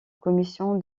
commission